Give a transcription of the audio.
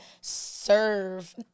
serve